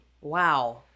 Wow